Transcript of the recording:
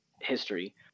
history